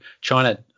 China